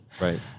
Right